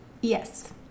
Yes